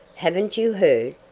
haven't you heard?